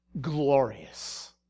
glorious